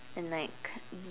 and like